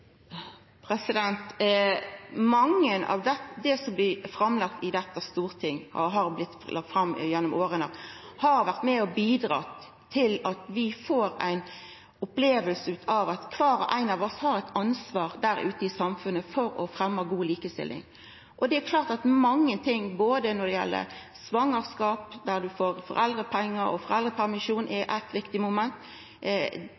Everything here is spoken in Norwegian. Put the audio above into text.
initiativ? Mykje av det som er lagt fram i Stortinget gjennom årene, har vore med og bidrege til at vi får ei oppleving av at kvar og ein av oss har eit ansvar i samfunnet for å fremja god likestilling. Og det er klart at mange ting, både når det gjeld svangerskap, foreldrepengar og foreldrepermisjon som er